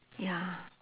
ya